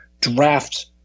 draft